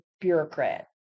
bureaucrat